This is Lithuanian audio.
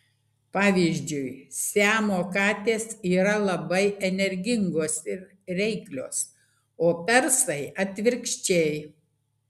pavyzdžiui siamo katės yra labai energingos ir reiklios o persai atvirkščiai